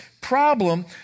problem